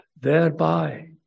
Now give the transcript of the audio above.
Thereby